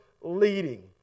Leading